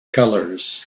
colors